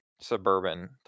suburban